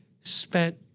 spent